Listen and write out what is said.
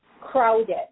crowded